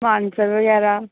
मानसर बगैरा